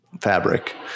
fabric